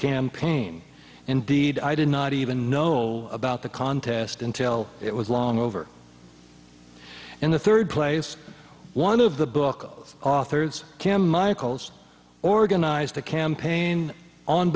campaign indeed i did not even know about the contest until it was long over in the third place one of the book authors cam michaels organized a campaign on